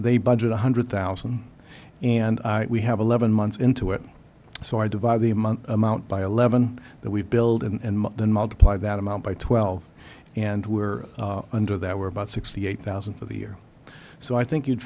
a budget one hundred thousand and we have eleven months into it so i divide the month amount by eleven that we build and then multiply that amount by twelve and were under that were about sixty eight thousand for the year so i think you'd